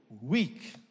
weak